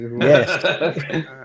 Yes